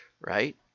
right